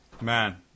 Man